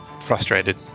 frustrated